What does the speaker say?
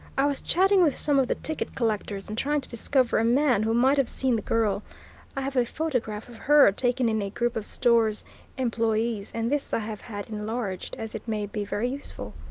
i was chatting with some of the ticket collectors and trying to discover a man who might have seen the girl i have a photograph of her taken in a group of stores employees, and this i have had enlarged, as it may be very useful.